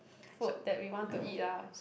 food that we want to eat ah